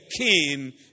king